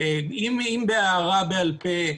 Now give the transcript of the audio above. אם בהערה בעל-פה,